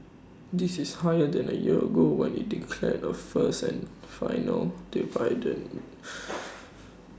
this is higher than A year ago when IT declared A first and final dividend